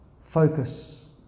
Focus